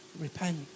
repent